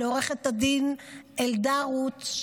לעו"ד אלדר רות,